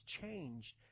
changed